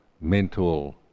mental